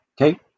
okay